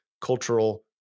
cultural